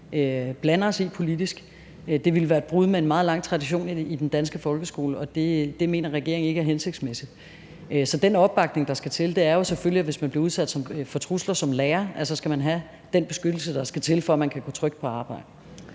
blander os i politisk. Det ville være et brud med en meget lang tradition i den danske folkeskole, og det mener regeringen ikke er hensigtsmæssigt. Så den opbakning, der skal til, er jo selvfølgelig, i forhold til at hvis man bliver udsat for trusler som lærer, skal man have den beskyttelse, der skal til, for at man kan gå trygt på arbejde.